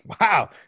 Wow